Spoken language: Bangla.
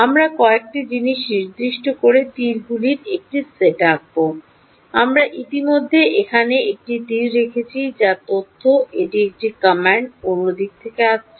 আমরা কয়েকটি জিনিস নির্দেশ করতে তীরগুলির একটি সেট আঁকব আমরা ইতিমধ্যে এখানে একটি তীর রেখেছি যা তথ্য এক দিকের কমান্ড অন্য দিক থেকে আসছে